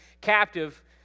captive